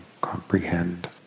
comprehend